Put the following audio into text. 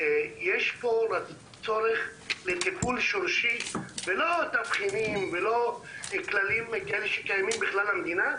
יש פה צורך לטיפול שורשי ולא תבחינים או כללים שקיימים בכלל במדינה.